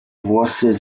włosy